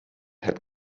hat